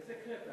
איזה קרפ?